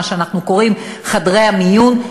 מה שאנחנו קוראים חדרי המיון,